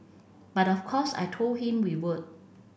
but of course I told him we would